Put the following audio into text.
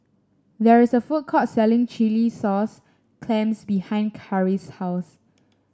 there is a food court selling Chilli Sauce Clams behind Karis' house